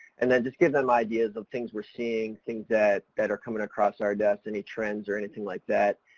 and then, just give them ideas of things we're seeing, things that, that are coming across our desks, any trends or anything like that,